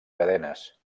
cadenes